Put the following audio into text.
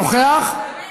נוכח, מוותר.